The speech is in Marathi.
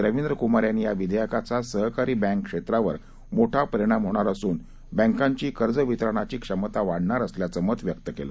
रवींद्र कुमार यांनी या विधेयकाचा सहकारी बँक क्षेत्रावर मोठा परिणाम होणार असून बँकांची कर्ज वितरणाची क्षमता वाढणार असल्याचं मत व्यक्त केलं